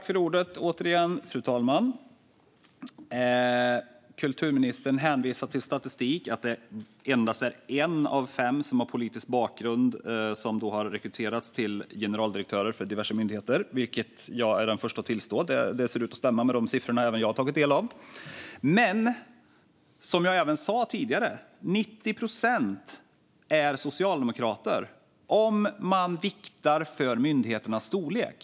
Fru talman! Kulturministern hänvisar till statistik och säger att endast en av fem har politisk bakgrund av dem som rekryterats som generaldirektörer för diverse myndigheter, vilket jag är den förste att tillstå. Det ser ut att stämma med de siffror även jag har tagit del av. Men som jag även sa tidigare är 90 procent socialdemokrater, om man viktar för myndigheternas storlek.